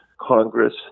Congress